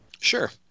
Sure